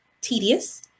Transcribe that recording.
tedious